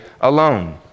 alone